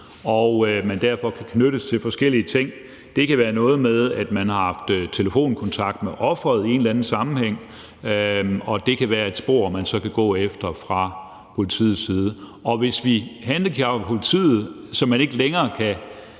at man derfor kan knyttes til forskellige ting. Det kan være noget med, at man har haft telefonkontakt med offeret i en eller anden sammenhæng, og det kan være et spor, man så kan gå efter fra politiets side. Og hvis vi handicapper politiet, så man ikke længere kan